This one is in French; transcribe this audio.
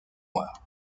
noire